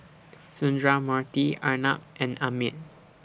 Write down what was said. Sundramoorthy Arnab and Amit